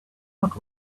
not